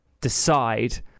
decide